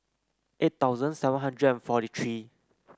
eight thousand seven hundred forty three